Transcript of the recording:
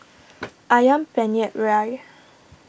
Ayam Penyet Ria